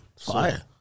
fire